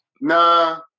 nah